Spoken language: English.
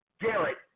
Garrett